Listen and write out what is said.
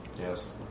Yes